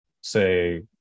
say